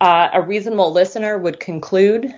a reasonable listener would conclude